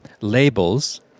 labels